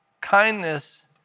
Kindness